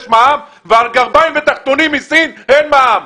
מע"מ ועל גרביים ותחתונים מסין אין מע"מ.